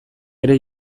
ere